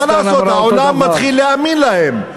מה לעשות, העולם מתחיל להאמין להם.